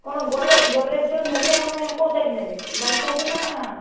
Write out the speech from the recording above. କ'ଣ ଗଡ଼୍ରେଜ ଯେଉଁ ନେବେ ମାନେ କେଉଁ ସାଇଜ୍ ନେବେ ବାଇଶ ସାଇଜ୍ ନା